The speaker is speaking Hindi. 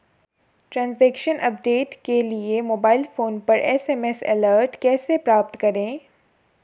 ट्रैन्ज़ैक्शन अपडेट के लिए मोबाइल फोन पर एस.एम.एस अलर्ट कैसे प्राप्त करें?